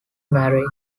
marriage